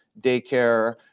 daycare